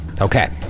Okay